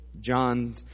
John